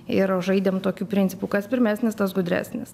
ir žaidėm tokiu principu kas pirmesnis tas gudresnis